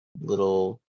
little